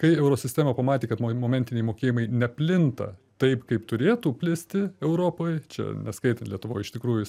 kai eurosistema pamatė kad mo momentiniai mokėjimai neplinta taip kaip turėtų plisti europoj čia neskaitant lietuvoj iš tikrųjų